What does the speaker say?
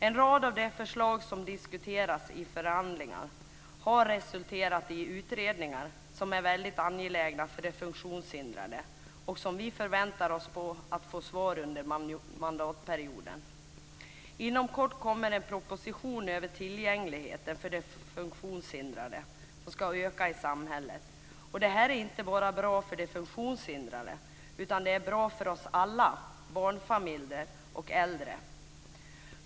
En rad av de förslag som diskuteras i förhandlingarna har resulterat i utredningar som är väldigt angelägna för de funktionshindrade och som vi förväntar oss att få se resultatet från under mandatperioden. Inom kort kommer det en proposition om tillgängligheten för de funktionshindrade som ska öka i samhället. Och det här är inte bara bra för de funktionshindrade utan det är bra för oss alla, barnfamiljer och äldre.